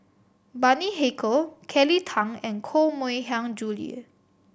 Bani Haykal Kelly Tang and Koh Mui Hiang Julie